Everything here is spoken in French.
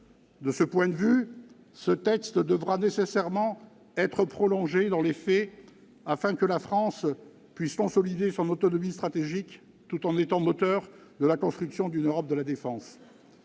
De ce point de vue, ce texte devra nécessairement être prolongé dans les faits afin que la France puisse consolider son autonomie stratégique tout en étant le moteur de la construction d'une Europe de la défense.